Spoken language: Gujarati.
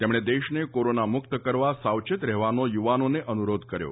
તેમણે દેશને કોરોના મુકત કરવા સાવચેત રહેવાનો યુવાનોને અનુરોધ કર્યો